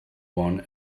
one